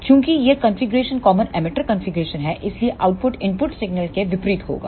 चूंकि यह configuration common emitter configuration है इसलिए आउटपुट इनपुट सिग्नल के विपरीत होगा